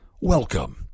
Welcome